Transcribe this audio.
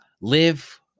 live